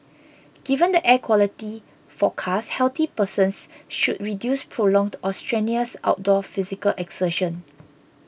given the air quality forecast healthy persons should reduce prolonged or strenuous outdoor physical exertion